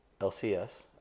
LCS